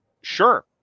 Sure